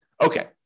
Okay